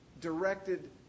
directed